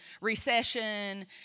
recession